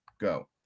go